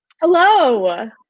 Hello